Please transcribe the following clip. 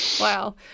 wow